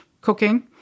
cooking